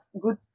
good